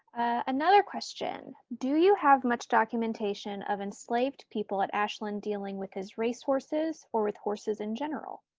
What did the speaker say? another question, do you have much documentation of enslaved people at ashland dealing with his racehorses or with horses in general?